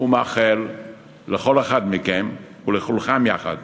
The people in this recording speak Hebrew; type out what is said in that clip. ומאחל לכל אחד מכם ולכולכם יחד